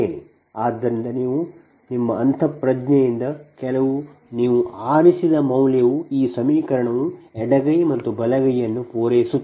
ಆದ್ದರಿಂದ ನಿಮ್ಮ ಅಂತಃಪ್ರಜ್ಞೆಯಿಂದ ಕೆಲವು ನೀವು ಆರಿಸಿದ ಮೌಲ್ಯವು ಈ ಸಮೀಕರಣವು ಎಡಗೈಯನ್ನು ಮತ್ತು ಬಲಗೈಯನ್ನು ಪೂರೈಸುತ್ತದೆ